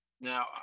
Now